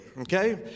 okay